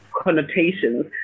connotations